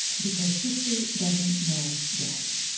because sister doesn't know daddy.